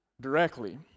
directly